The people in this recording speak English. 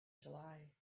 july